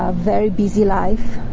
ah very busy life